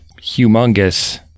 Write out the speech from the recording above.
humongous